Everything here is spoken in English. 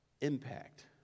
impact